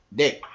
dick